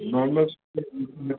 normal किन